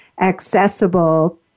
accessible